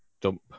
Dump